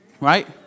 Right